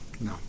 No